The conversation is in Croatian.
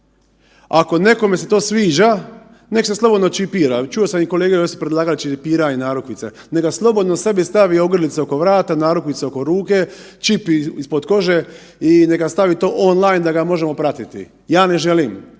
Ako nekome se to sviđa, neka se slobodno čipira, čuo sam kolege, predlagali čipiranje, narukvice, neka slobodno sebi stavi ogrlice oko vrata, narukvice oko ruke, čip ispod kože i neka stavi to online da ga možemo pratiti. Ja ne želim.